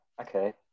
okay